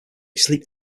sleep